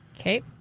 Okay